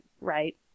right